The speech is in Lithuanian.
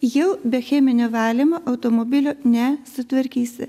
jau be cheminio valymo automobilio ne sutvarkysi